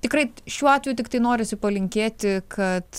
tikrai šiuo atveju tiktai norisi palinkėti kad